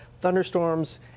thunderstorms